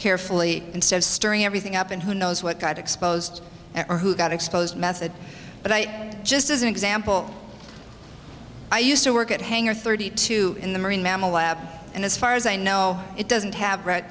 carefully instead of stirring everything up and who knows what got exposed or who got exposed method but i just as an example i used to work at hangar thirty two in the marine mammal lab and as far as i know it doesn't have rad